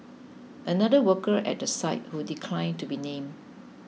another worker at the site who declined to be named